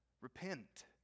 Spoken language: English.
repent